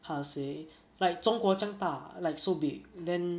how to say like 中国这样大 like so big then